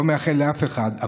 לא מאחל לאף אחד.